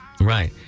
Right